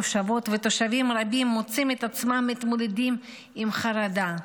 תושבות ותושבים רבים מוצאים את עצמם מתמודדים עם חרדה,